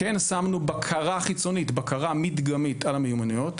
כן שמנו בקרה חיצונית בקרה מדגמית על המיומנויות,